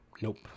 Nope